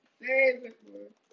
Favorite